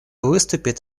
выступит